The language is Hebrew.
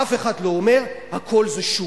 אף אחד לא אומר: הכול זה שוק.